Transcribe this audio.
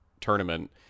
tournament